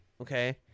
okay